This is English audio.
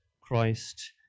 Christ